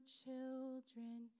children